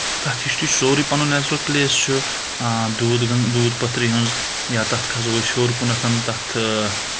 تَتھ ہِسٹری چھُ سورُے پَنُن نیچرَل پٕلیس چھُ دوٗد پٔتھری ہٕنٛز یا تَتھ کھَسو أسۍ ہیوٚر کُنَتھَن تَتھ